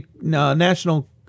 National